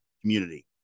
community